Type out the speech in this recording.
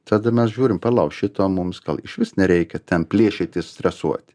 tada mes žiūrim palauk šito mums gal išvis nereikia ten plėšytis stresuoti